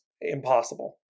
impossible